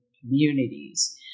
communities